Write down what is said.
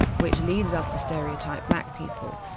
which leads us to stereotype black people.